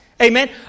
Amen